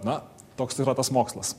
na toks yra tas mokslas